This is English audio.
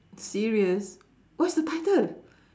serious what's the title